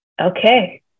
okay